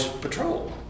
patrol